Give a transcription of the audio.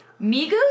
Migos